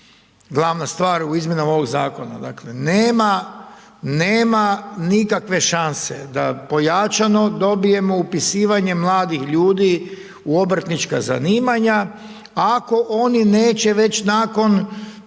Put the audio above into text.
glavna stvar u izmjenama ovog zakona, dakle nema, nema nikakve šanse da pojačane dobijemo upisivanje mladih ljudi u obrtnička zanimanja ako oni neće već nakon